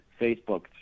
Facebook